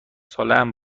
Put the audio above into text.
سالهام